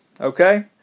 okay